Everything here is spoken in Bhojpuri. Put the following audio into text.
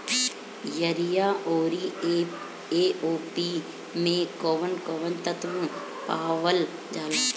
यरिया औरी ए.ओ.पी मै कौवन कौवन तत्व पावल जाला?